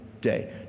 day